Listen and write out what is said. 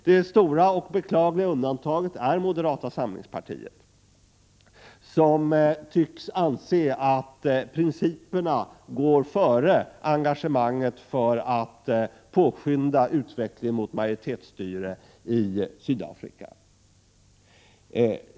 Det stora och beklagliga undantaget är moderata samlingspartiet, som tycks anse att principerna går före engagemanget för att påskynda utvecklingen mot majoritetsstyre i Sydafrika.